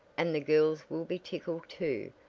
and the girls will be tickled too,